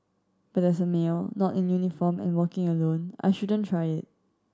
but as a male not in uniform and working alone I shouldn't try it